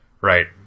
right